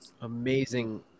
amazing